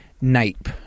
Nape